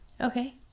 Okay